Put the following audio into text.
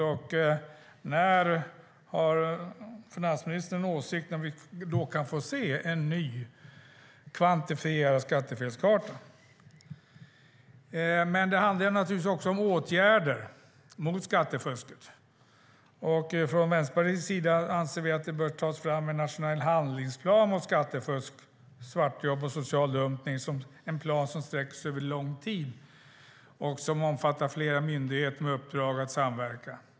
Och har finansministern en åsikt om ifall vi då kan få se en ny kvantifierad skattefelskarta? Det handlar naturligtvis också om åtgärder mot skattefusket. Från Vänsterpartiets sida anser vi att det bör tas fram en nationell handlingsplan mot skattefusk, svartjobb och social dumpning. Det ska vara en plan som sträcker sig över lång tid och som omfattar flera myndigheter med uppdrag att samverka.